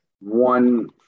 One